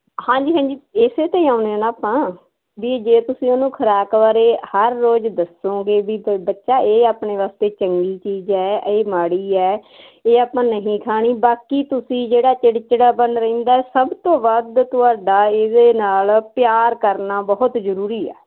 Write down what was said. ਹਾਂਜੀ ਹਾਂਜੀ ਇਸੇ ਤੇ ਆਉਂਦੇ ਆ ਨਾ ਆਪਾਂ ਵੀ ਜੇ ਤੁਸੀਂ ਉਹਨੂੰ ਖੁਰਾਕ ਬਾਰੇ ਹਰ ਰੋਜ਼ ਦੱਸੋਗੇ ਵੀ ਬੱਚਾ ਇਹ ਆਪਣੇ ਵਾਸਤੇ ਚੰਗੀ ਚੀਜ਼ ਹ ਇਹ ਮਾੜੀ ਹੈ ਇਹ ਆਪਾਂ ਨਹੀਂ ਖਾਣੀ ਬਾਕੀ ਤੁਸੀਂ ਜਿਹੜਾ ਚਿੜਚਿੜਾ ਪਨ ਰਹਿੰਦਾ ਸਭ ਤੋਂ ਵੱਧ ਤੁਹਾਡਾ ਇਹਦੇ ਨਾਲ ਪਿਆਰ ਕਰਨਾ ਬਹੁਤ ਜਰੂਰੀ ਆ